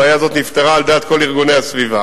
הבעיה הזאת נפתרה על דעת כל ארגוני הסביבה.